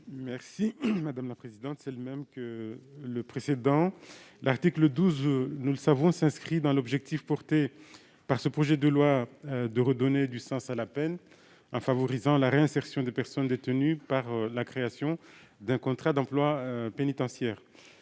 Soilihi, pour présenter l'amendement n° 213 rectifié. L'article 12, nous le savons, s'inscrit dans l'objectif porté par ce projet de loi de redonner du sens à la peine, en favorisant la réinsertion des personnes détenues par la création d'un contrat d'emploi pénitentiaire.